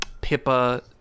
Pippa